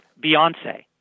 Beyonce